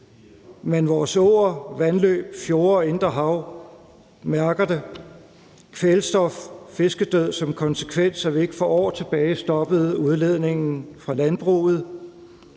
men vores åer, vandløb, fjorde og indre hav mærker det. Der er kvælstof og fiskedød som konsekvens af, at vi ikke for år tilbage stoppede udledningen fra landbruget.